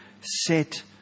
set